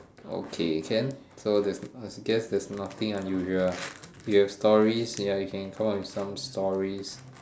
okay can so there's I guess there's nothing unusual ah you have stories ya you can call and some stories